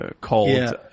called